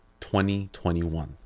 2021